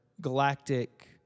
galactic